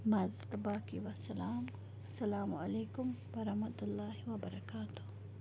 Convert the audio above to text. مَزٕ تہٕ باقٕے وَسلام السلامُ علیکُم وَ رحمتُہ للہِ وَ بَراکاتُہہ